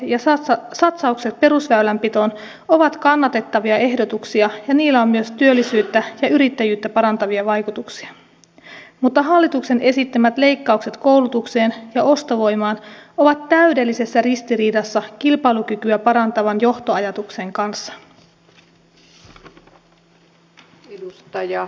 kärkihankkeet ja satsaukset perusväylänpitoon ovat kannatettavia ehdotuksia ja niillä on myös työllisyyttä ja yrittäjyyttä parantavia vaikutuksia mutta hallituksen esittämät leikkaukset koulutukseen ja ostovoimaan ovat täydellisessä ristiriidassa kilpailukykyä parantavan johtoajatuksen kanssa